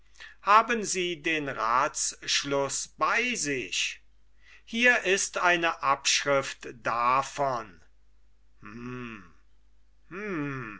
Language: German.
haben sie den ratschluß bei sich hier ist eine abschrift davon